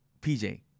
PJ